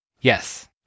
Yes